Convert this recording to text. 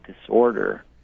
disorder